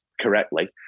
correctly